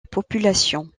population